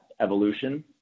evolution